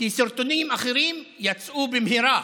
כי סרטונים אחרים יצאו במהרה.